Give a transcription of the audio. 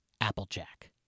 Applejack